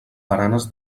baranes